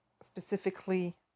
specifically